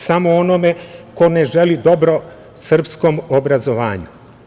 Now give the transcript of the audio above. Samo onome ko ne želi dobro srpskom obrazovanju.